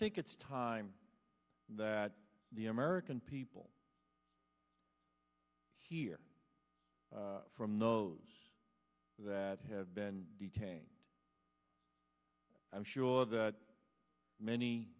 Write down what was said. think it's time that the american people hear from those that have been detained i'm sure that many